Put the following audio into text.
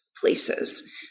places